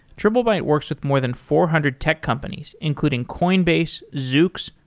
triplebyte works with more than four hundred tech companies, including coinbase, zooks,